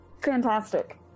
fantastic